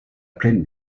pleine